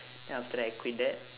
then after that I quit that